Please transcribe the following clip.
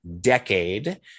decade